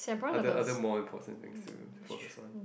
other other more important things to to focus on